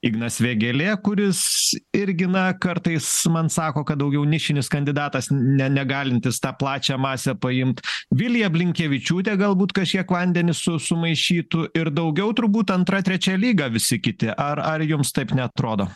ignas vėgėlė kuris irgi na kartais man sako kad daugiau nišinis kandidatas ne negalintis tą plačią masę paimt vilija blinkevičiūtė galbūt kažkiek vandenį su sumaišytų ir daugiau turbūt antra trečia lyga visi kiti ar ar jums taip neatrodo